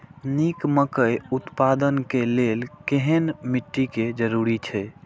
निक मकई उत्पादन के लेल केहेन मिट्टी के जरूरी छे?